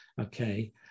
Okay